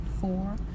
four